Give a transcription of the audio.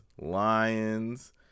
Lions